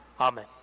Amen